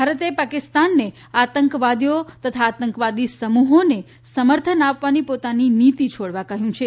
ભારતે પાકિસ્તાનને આતંકવાદીઓ તથા આતંકવાદી સમૂહોને સમર્થન આપવાની પોતાની નીતિ છોડવા કહ્યું છે